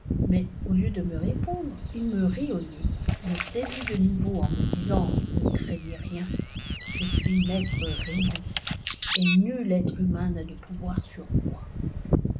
mais au lie de me rndre il mt rit au nez me saisit de nouveau en me disant ne craigna riett je buis mahf e rigoyix et nul mua humain n'a de pouvoir sur itaoi